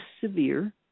severe